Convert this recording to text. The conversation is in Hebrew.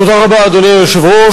אדוני היושב-ראש,